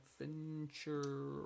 Adventure